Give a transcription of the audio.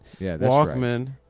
Walkman